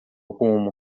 rumo